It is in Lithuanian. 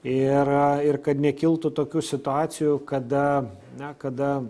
ir ir kad nekiltų tokių situacijų kada na kada